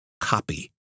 copy